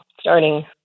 starting